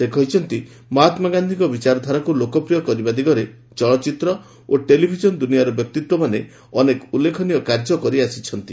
ସେ କହିଛନ୍ତି ମହାତ୍ମା ଗାନ୍ଧୀଙ୍କ ବିଚାରଧାରାକୁ ଲୋକପ୍ରିୟ କରିବା ଦିଗରେ ଚଳଚ୍ଚିତ୍ର ଓ ଟେଲିଭିଜନ ଦୁନିଆର ବ୍ୟକ୍ତିତ୍ୱମାନେ ଅନେକ ଉଲ୍ଲେଖନୀୟ କାର୍ଯ୍ୟ କରିଆସିଛନ୍ତି